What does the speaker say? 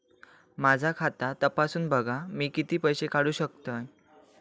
माझा खाता तपासून बघा मी किती पैशे काढू शकतय?